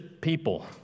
people